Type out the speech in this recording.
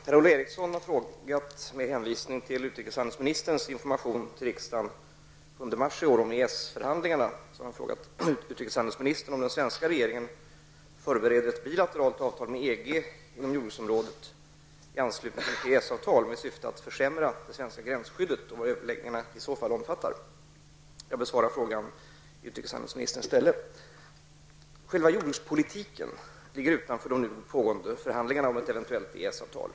Herr talman! Per-Ola Eriksson har med hänvisning till utrikeshandelsministerns information till riksdagen den 7 mars 1991 om EES förhandlingarna frågat utrikeshandelsministern om den svenska regeringen förbereder ett bilateralt avtal med EG inom jordbruksområdet i anslutning till ett EES-avtal, med syfte att försämra det svenska gränsskyddet, och vad överläggningarna i så fall omfattar. Jag besvarar frågan i utrikeshandelsministerns ställe. Själva jordbrukspolitiken ligger utanför de nu pågående förhandlingarna om ett eventuellt EES avtal.